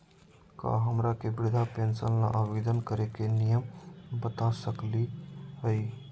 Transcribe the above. का हमरा के वृद्धा पेंसन ल आवेदन करे के नियम बता सकली हई?